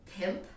pimp